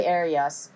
areas